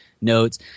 notes